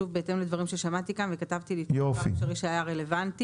שוב בהתאם לדברים ששמעתי כאן וכתבתי לי את אותם דברים שהיו רלוונטיים,